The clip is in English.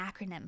acronym